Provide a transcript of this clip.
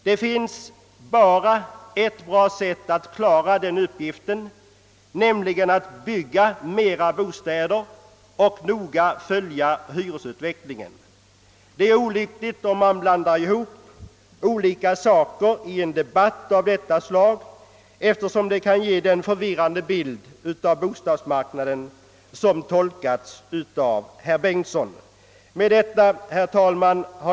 Det finns bara ett bra sätt att klara den uppgiften, nämligen att bygga fler bostäder och noga följa hyresutvecklingen. Det är olyckligt att blanda ihop olika frågor i en debatt av detta slag, eftersom det kan ge den förvirrande bild av bostadsmarknaden som herr Bengtson målat.